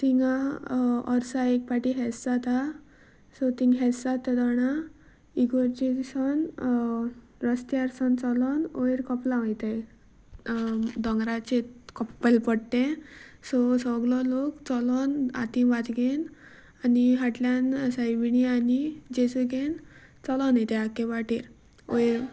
थंय वर्सा एक फावटी फेस्त जाता सो थंय फेस्त जाता तेन्ना इगर्जे सावन रस्त्यार सावन चलून वयर कपेलां वतात दोंगराचे कपेल पडटा तें सो सगलो लोक चलून हाती वाती घेयन आनी फाटल्यान सायबिणी आनी जेसे घेयन चलोन वतात आख्खे वाटेर वयर